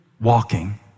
walking